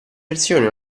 versioni